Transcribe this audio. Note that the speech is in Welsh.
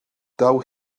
daw